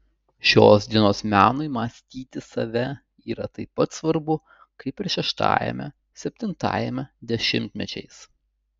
šios dienos menui mąstyti save yra taip pat svarbu kaip ir šeštajame septintajame dešimtmečiais